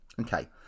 Okay